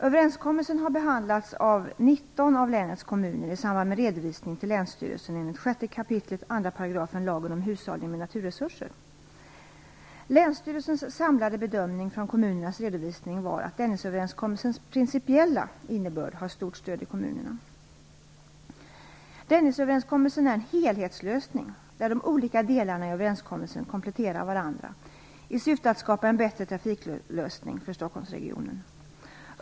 Överenskommelsen har behandlats av 19 av länets kommuner i samband med redovisningen till länsstyrelsen enligt 6 kap. 2 § lagen om hushållning med naturresurser. Länsstyrelsens samlade bedömning från kommunernas redovisning var att Dennisöverenskommelsens principiella innebörd har stort stöd i kommunerna. Dennisöverenskommelsen är en helhetslösning, där de olika delarna i överenskommelsen kompletterar varandra i syfte att skapa en bättre trafiklösning för Stockholmsregionen.